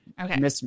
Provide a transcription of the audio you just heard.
.Okay